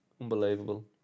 Unbelievable